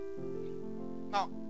now